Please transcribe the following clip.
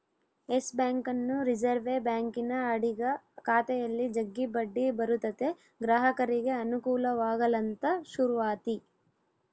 Yes ಬ್ಯಾಂಕನ್ನು reserve ಬ್ಯಾಂಕಿನ ಅಡಿಗ ಖಾತೆಯಲ್ಲಿ ಜಗ್ಗಿ ಬಡ್ಡಿ ಬರುತತೆ ಗ್ರಾಹಕರಿಗೆ ಅನುಕೂಲವಾಗಲಂತ ಶುರುವಾತಿ